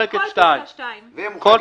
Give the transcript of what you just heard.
ומוחק את סעיף 2. בלי רישוי עסקים.